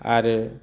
आरो